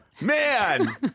Man